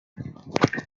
the